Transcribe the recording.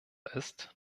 ist